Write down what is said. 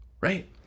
Right